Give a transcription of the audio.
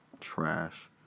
trash